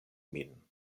min